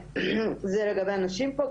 זה לגבי הנשים פה.